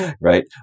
right